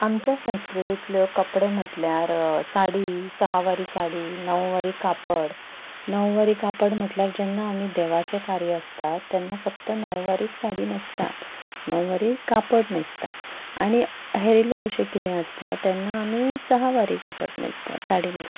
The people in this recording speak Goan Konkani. आमच्या संस्कृतींतले कपडे म्हटल्यार साडी सहावारी साडी णववारी कापड णववारी कापड म्हटल्यार जेन्ना आमी देवाचें कार्य आसता तेन्ना फक्त णववारीच साडी न्हेसतात णववारी कापड न्हेसता आनी हेर अशें किदें आसता तेन्ना आमी सहावारी कापड न्हेसता साडी न्हेसता